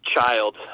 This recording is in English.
child